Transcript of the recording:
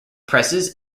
presses